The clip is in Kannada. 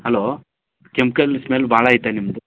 ಹಲೋ ಕೆಮ್ಕಲ್ ಸ್ಮೆಲ್ ಭಾಳ ಐತ ನಿಮ್ಮದು